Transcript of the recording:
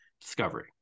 discovery